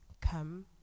come